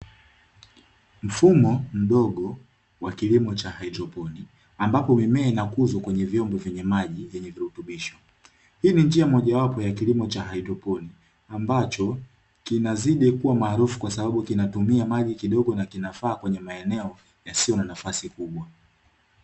Mfumo mdogo wa kilimo cha haidroponi ambapo mimea inakuzwa kwenye vyombo vyenye maji yenye virutubisho, hii ni njia mojawapo ya kilimo cha haidroponi ambacho kinazidi kuwa maalufu kwa sababu kinatumia maji kidogo na kinafaa kwenye maeneo yasiyo na nafasi kubwa.